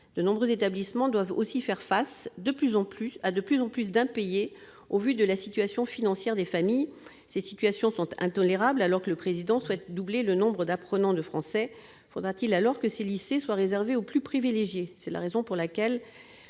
De nombreux établissements doivent aussi faire face à de plus en plus d'impayés, en raison des difficultés financières des familles. De telles situations sont intolérables. Alors que le Président de la République souhaite doubler le nombre d'apprenants du français, faudra-t-il alors que ces lycées soient réservés aux plus privilégiés ?